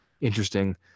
interesting